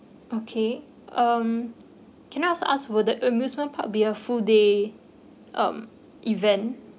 okay um can I ask ask will the amusement park be a full day um event